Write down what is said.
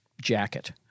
jacket